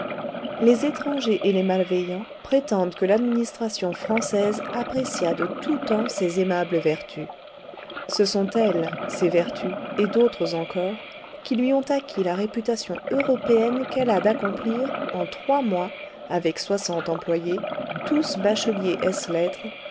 les étrangers et les malveillants prétendent que l'administration française apprécia de tout temps ces aimables vertus ce sont elles ces vertus et d'autres encore qui lui ont acquis la réputation européenne qu'elle a d'accomplir en trois mois avec soixante employés tous bacheliers ès lettres